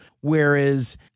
Whereas